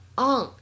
on